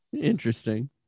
interesting